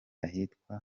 ahitwa